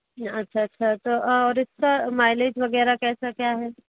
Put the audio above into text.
अच्छा अच्छा तो और इसका माइलेज़ वगैरह कैसा क्या है